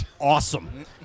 awesome